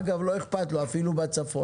אגב, לא אכפת לו, אפילו בצפון.